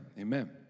Amen